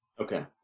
Okay